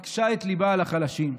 מקשה את ליבה לחלשים.